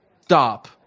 stop